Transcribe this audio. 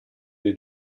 dei